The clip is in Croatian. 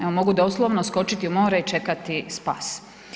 Evo mogu doslovno skočiti u more i čekati spas.